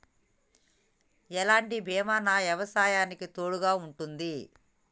ఎలాంటి బీమా నా వ్యవసాయానికి తోడుగా ఉంటుంది?